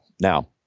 Now